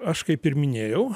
aš kaip ir minėjau